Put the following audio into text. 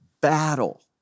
battle